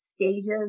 stages